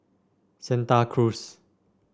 Santa Cruz